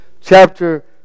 chapter